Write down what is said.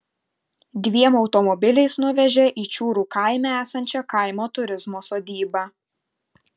dviem automobiliais nuvežė į čiūrų kaime esančią kaimo turizmo sodybą